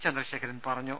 ചന്ദ്രശേഖരൻ പറ ഞ്ഞു